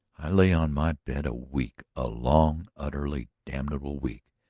i lay on my bed a week, a long, utterly damnable week.